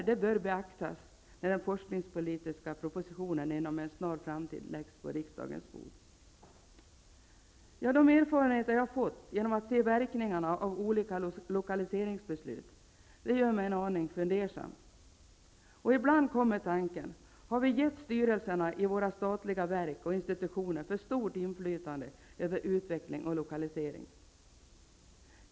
Det bör beaktas när den forskningspolitiska propositionen inom en snar framtid läggs på riksdagens bord. De erfarenheter jag har fått genom att jag sett verkningarna av olika lokaliseringsbeslut gör mig en aning fundersam. Ibland kommer tanken: Har vi gett styrelserna i våra statliga verk och institutioner för stort inflytande över utveckling och lokalisering?